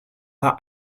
war